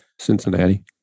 Cincinnati